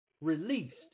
released